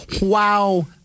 Wow